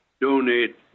donate